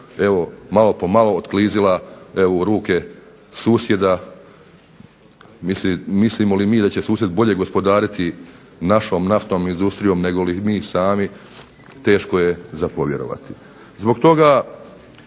evo malo po malo otklizila evo u ruke susjeda, mislimo li mi da će susjed bolje gospodariti našom naftnom industrijom negoli mi sami teško je za povjerovati. Zbog toga,